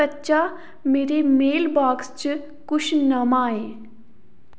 कच्चा मेरे मेलबाक्स च कुछ नमां ऐ